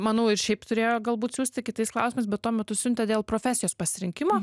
manau ir šiaip turėjo galbūt siųsti kitais klausimais bet tuo metu siuntė dėl profesijos pasirinkimo